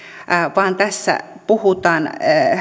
vaan tässä puhutaan